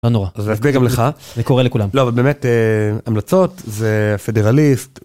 זה גם לך זה קורה לכולם לא באמת המלצות זה פדרליסט.